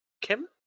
Kim